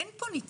אין פה ניצול?